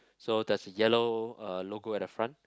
so there's a yellow uh logo at the front